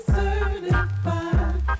certified